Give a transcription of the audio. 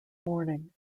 morning